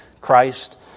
Christ